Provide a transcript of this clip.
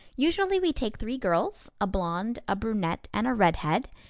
usually we take three girls, a blonde, a brunette and a red-head,